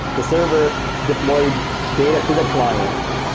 the server deployed data to the client,